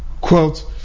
Quote